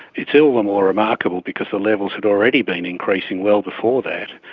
it is all the more remarkable because the levels had already been increasing well before that.